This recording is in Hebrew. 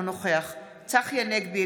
אינו נוכח צחי הנגבי,